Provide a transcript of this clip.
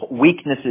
weaknesses